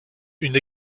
une